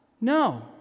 No